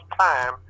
time